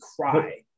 cry